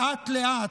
לאט-לאט,